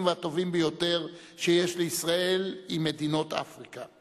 והטובים ביותר שיש לישראל עם מדינות אפריקה.